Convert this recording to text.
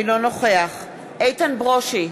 אינו נוכח איתן ברושי,